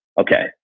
okay